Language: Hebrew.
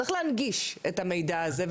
צריך להנגיש את המידע הזה.